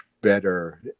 better